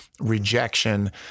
rejection